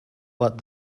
but